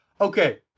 Okay